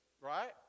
right